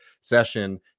session